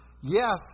yes